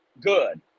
good